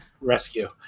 rescue